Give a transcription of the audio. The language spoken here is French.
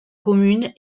commune